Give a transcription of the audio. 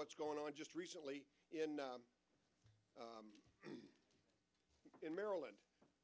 what's going on just recently in maryland